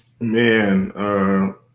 Man